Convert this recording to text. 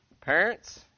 parents